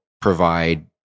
provide